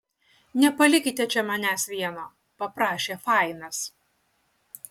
nepalikite čia manęs vieno paprašė fainas